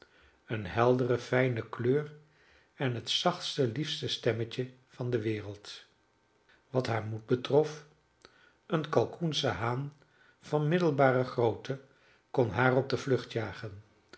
eene heldere fijne kleur en het zachtste liefste stemmetje van de wereld wat haar moed betrof een kalkoensche haan van middelbare grootte kon haar op de vlucht jagen